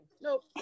Nope